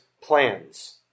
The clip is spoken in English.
plans